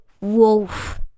wolf